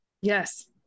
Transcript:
yes